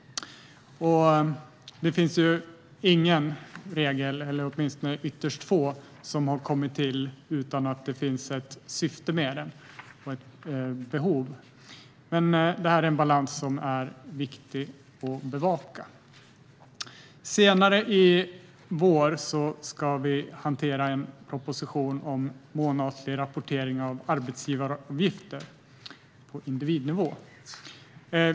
Det finns ingen regel, eller i vart fall ytterst få regler, som har kommit till utan att det finns ett syfte och ett behov. Detta är en balans som är viktig att bevaka. Senare i vår ska vi hantera en proposition om månatlig rapportering av arbetsgivaravgifter på individnivå.